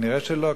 נראה שלא.